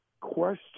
question